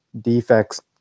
defects